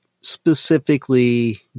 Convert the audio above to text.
specifically